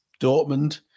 Dortmund